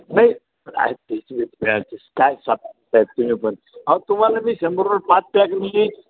नाही तुम्ही पण आहो तुम्हाला मी शंभरवर पाच पॅक दिली